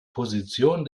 position